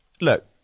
look